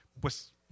pues